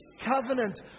covenant